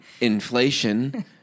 inflation